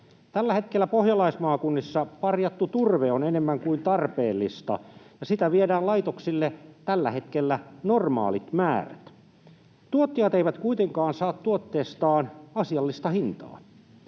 tällä hetkellä pohjalaismaakunnissa enemmän kuin tarpeellista, ja sitä viedään laitoksille tällä hetkellä normaalit määrät. Tuottajat eivät kuitenkaan saa tuotteestaan asiallista hintaa.